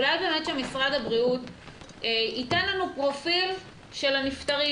אולי באמת שמשרד הבריאות ייתן לנו פרופיל של הנפטרים.